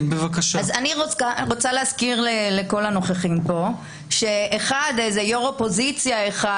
אני מזכירה לכל הנוכחים שיו"ר אופוזיציה אחד